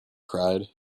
cried